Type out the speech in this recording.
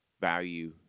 value